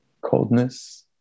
coldness